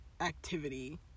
activity